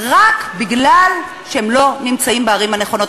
רק מפני שהם לא נמצאים בערים הנכונות.